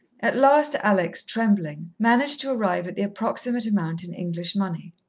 at last alex, trembling, managed to arrive at the approximate amount in english money.